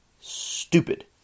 stupid